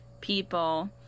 people